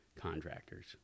contractors